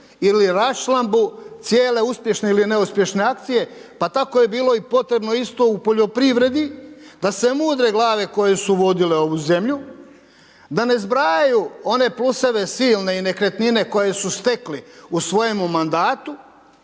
ili raščlambu cijele uspješne ili neuspješne akcije, pa tako je bilo i potrebno isto u poljoprivredi, da se mudre glave koje su vodile ovu zemlju, da ne zbrajaju one pluseve silne i nekretnine koje su stekli u svojemu mandatu,